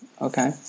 Okay